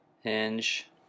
Hinge